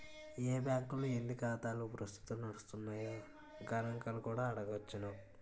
ఏ బాంకుల్లో ఎన్ని ఖాతాలు ప్రస్తుతం నడుస్తున్నాయో గణంకాలు కూడా అడగొచ్చును